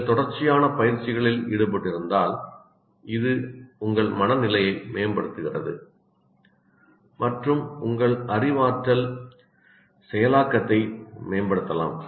நீங்கள் தொடர்ச்சியான பயிற்சிகளில் ஈடுபட்டிருந்தால் அது உங்கள் மனநிலையை மேம்படுத்துகிறது மற்றும் உங்கள் அறிவாற்றல் செயலாக்கத்தை மேம்படுத்தலாம்